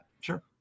Sure